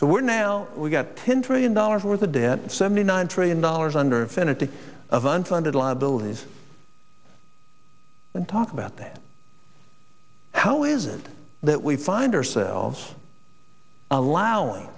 so we're now we've got ten trillion dollars worth of debt seventy nine trillion dollars under fifty of unfunded liabilities and talk about that how is it that we find ourselves allowing